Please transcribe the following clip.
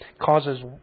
causes